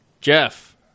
Jeff